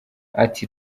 ati